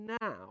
now